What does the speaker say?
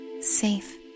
safe